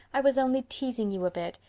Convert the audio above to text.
i was only teasing you a bit.